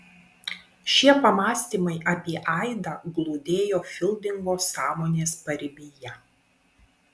šie pamąstymai apie aidą glūdėjo fildingo sąmonės paribyje